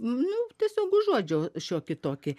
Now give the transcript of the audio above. nu tiesiog užuodžiau šiokį tokį